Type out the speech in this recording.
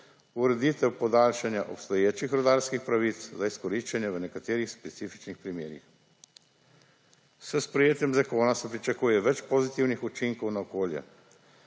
ureditev podaljšanja obstoječih rudarskih pravic za izkoriščanje v nekaterih specifičnih primerih. S sprejetjem zakona se pričakuje več pozitivnih učinkov na okolje.